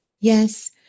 Yes